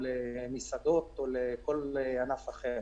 למסעדות או לכל ענף אחר.